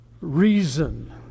reason